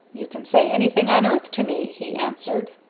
you can say anything on earth to me, he answered.